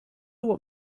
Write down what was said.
what